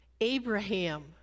Abraham